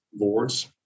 Lords